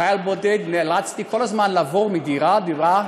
כחייל בודד נאלצתי כל הזמן לעבור מדירה לדירה,